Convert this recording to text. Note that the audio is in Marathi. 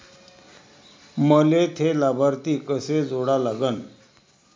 मले थे लाभार्थी कसे जोडा लागन?